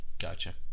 gotcha